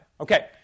Okay